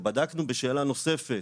כשבדקנו בשאלה נוספת,